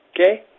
okay